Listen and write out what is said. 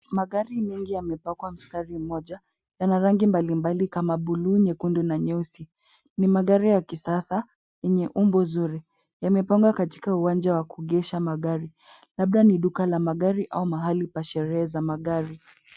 Magari mengi yamepangwa mstari mmoja. Yana rangi mbalimbali kama bluu, nyekundu na nyeusi. Ni magari ya kisasa yenye umbo zuri. Yamepangwa katika uwanja wa kuegesha magari. Labda ni duka la magari au sherehe za magari.